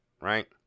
right